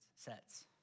sets